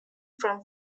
from